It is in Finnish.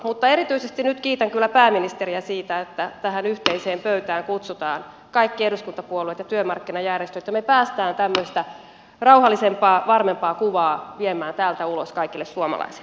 mutta erityisesti nyt kiitän kyllä pääministeriä siitä että tähän yhteiseen pöytään kutsutaan kaikki eduskuntapuolueet ja työmarkkinajärjestöt ja me pääsemme tämmöistä rauhallisempaa varmempaa kuvaa viemään täältä ulos kaikille suomalaisille